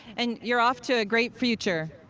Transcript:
and you're off to a great future.